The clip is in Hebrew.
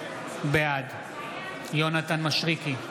בעד יונתן מישרקי,